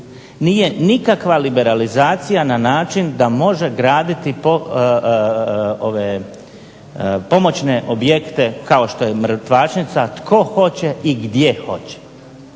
nije nikakva liberalizacija na način da može graditi pomoćne objekte kao što je mrtvačnica tko hoće i gdje hoće.